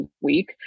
week